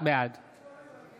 בעד